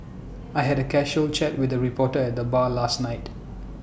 I had A casual chat with the reporter at the bar last night